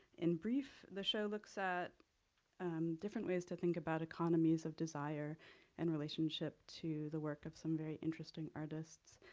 in brief, the show looks at different ways to think about economies of desire in relationship to the work of some very interesting artists,